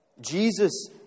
Jesus